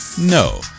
No